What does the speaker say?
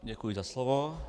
Děkuji za slovo.